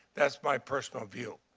that is my personal view.